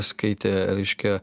skaitė reiškia